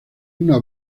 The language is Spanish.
una